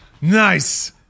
Nice